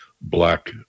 black